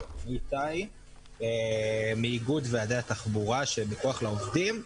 אני מאיגוד ועדי התחבורה שב "כוח לעובדים".